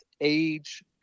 age